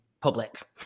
public